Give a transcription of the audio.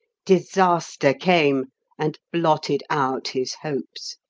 disaster came and blotted out his hopes!